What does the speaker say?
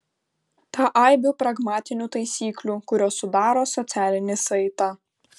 tą aibę pragmatinių taisyklių kurios sudaro socialinį saitą